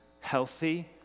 healthy